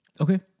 Okay